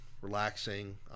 relaxing